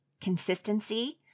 consistency